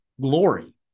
glory